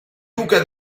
duca